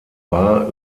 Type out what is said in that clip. war